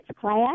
class